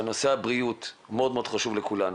שנושא הבריאות מאוד חשוב לכולנו.